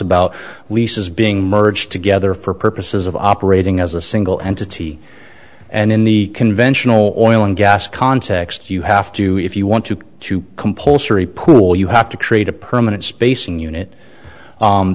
about leases being merged together for purposes of operating as a single entity and in the conventional oil and gas context you have to if you want to to compulsory pool you have to create a permanent spacing unit